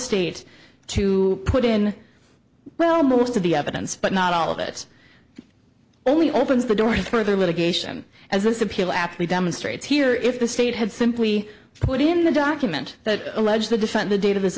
state to put in well most of the evidence but not all of it only opens the door in further litigation as this appeal aptly demonstrates here if the state had simply put in the document that allege the different the date of this